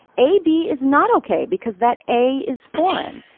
ab is not okay because that a is foreign.